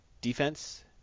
Defense